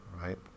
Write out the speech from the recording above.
right